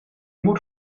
moet